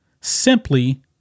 simply